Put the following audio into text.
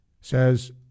says